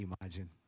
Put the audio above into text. imagine